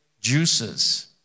juices